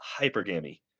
hypergamy